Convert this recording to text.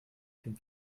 dem